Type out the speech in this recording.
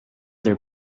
their